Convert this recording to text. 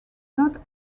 not